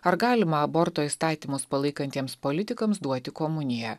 ar galima aborto įstatymus palaikantiems politikams duoti komuniją